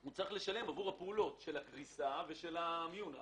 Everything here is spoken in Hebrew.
הוא צריך לשלם עבור הפעולות של הגריסה ושל המיון.